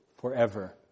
forever